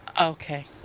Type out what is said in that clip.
Okay